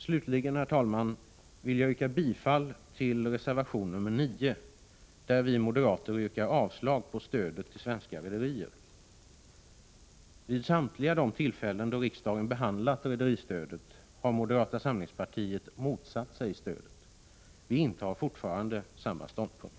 Slutligen, herr talman, vill jag yrka bifall till reservation nr 9, där vi moderater yrkar avslag på stödet till svenska rederier. Vid samtliga de tillfällen då riksdagen behandlat rederistödet har moderata samlingspartiet motsatt sig stödet. Vi intar fortfarande samma ståndpunkt.